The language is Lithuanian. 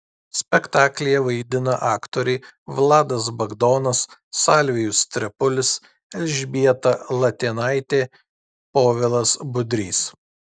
spektaklyje vaidina aktoriai vladas bagdonas salvijus trepulis elžbieta latėnaitė povilas budrys